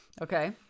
Okay